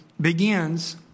begins